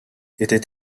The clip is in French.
était